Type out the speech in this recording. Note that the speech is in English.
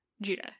judah